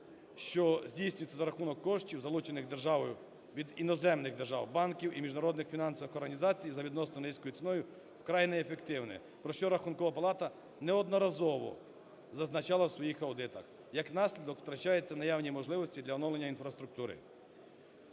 що здійснюються за рахунок коштів, залучених державою від іноземних держав, банків і міжнародних фінансових організацій за відносно низькою ціною, вкрай неефективне, про що Рахункова палата неодноразово зазначала в своїх аудитах. Як наслідок втрачаються наявні можливості для оновлення інфраструктури.